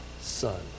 son